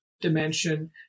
dimension